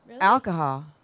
Alcohol